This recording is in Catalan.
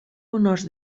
honors